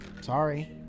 sorry